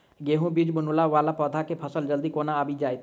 गेंहूँ बीज बुनला बाद पौधा मे फसल जल्दी केना आबि जाइत?